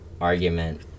argument